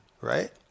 right